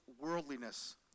worldliness